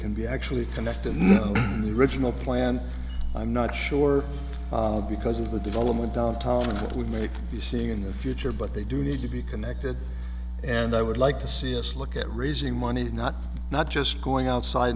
can be actually connected regional plan i'm not sure because of the development downtown and what we may be seeing in the future but they do need to be connected and i would like to see us look at raising money not not just going outside